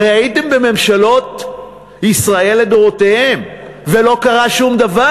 הרי הייתם בממשלות לדורותיהן ולא קרה שום דבר.